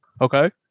Okay